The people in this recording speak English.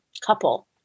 couple